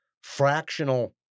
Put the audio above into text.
fractional